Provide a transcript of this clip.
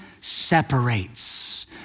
separates